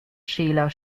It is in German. schäler